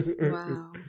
Wow